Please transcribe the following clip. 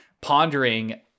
pondering